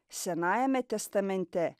senajame testamente